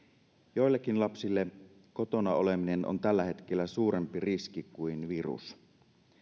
joillekin lapsille kotona oleminen on tällä hetkellä suurempi riski kuin virus